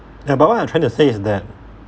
ya but what I'm trying to say is that